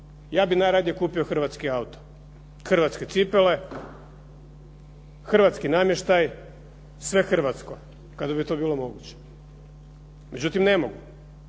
Ja bih najradije kupio hrvatski auto, hrvatske cipele, hrvatski namještaj, sve hrvatsko kada bi to bilo moguće. Međutim, ne mogu.